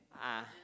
ah